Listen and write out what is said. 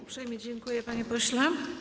Uprzejmie dziękuję, panie pośle.